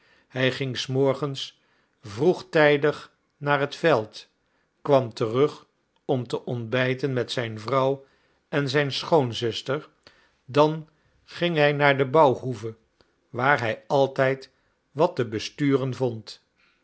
hij ging s morgens vroegtijdig naar het veld kwam terug om te ontbijten met zijn vrouw en zijn schoonzuster dan ging hij naar de bouwhoeve waar hij altijd wat te besturen vond